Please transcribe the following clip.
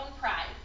pride